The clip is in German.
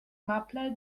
maple